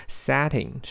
setting